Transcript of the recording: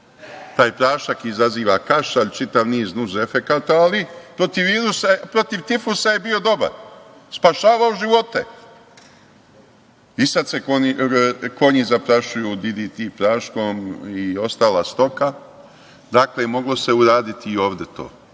taj prašak izaziva kašalj, čitav niz nus efekata, ali protiv tifusa je bio dobar, spašavao živote i sad se konji zaprašuju DDT praškom i ostala stoka, dakle, moglo se uraditi i ovde